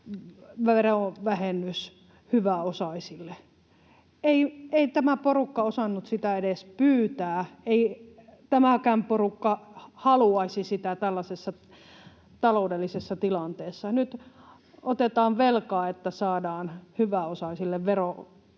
ekstraverovähennys hyväosaisille. Ei tämä porukka osannut sitä edes pyytää. Ei tämäkään porukka haluaisi sitä tällaisessa taloudellisessa tilanteessa. Nyt otetaan velkaa, että saadaan hyväosaisille verohelpotuksia.